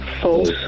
False